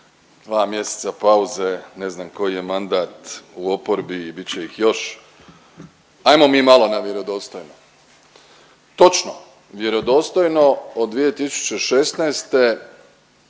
Dva mjeseca pauze, ne znam koji je mandat u oporbi i bit će ih još. Ajmo mi malo na vjerodostojno. Točno, vjerodostojno od 2016.